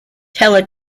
tele